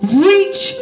reach